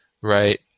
right